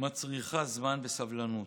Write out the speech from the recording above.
מצריכה זמן וסבלנות.